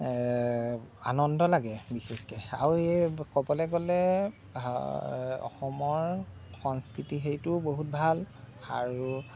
আনন্দ লাগে বিশেষকৈ আৰু ক'বলে গ'লে অসমৰ সংস্কৃতি হেৰিটো বহুত ভাল আৰু